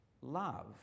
love